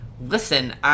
listen